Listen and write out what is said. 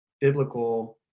biblical